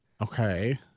Okay